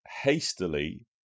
hastily